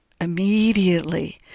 immediately